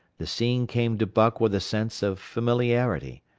the scene came to buck with a sense of familiarity.